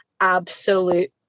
absolute